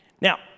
Now